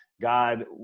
God